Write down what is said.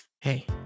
Hey